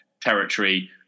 territory